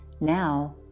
Now